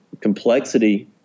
complexity